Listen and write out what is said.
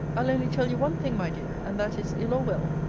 i'll only tell you one thing, my dear and that is, ill or well,